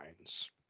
lines